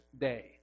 day